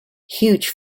huge